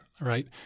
right